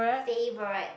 favourite